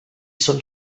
són